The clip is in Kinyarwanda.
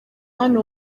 hano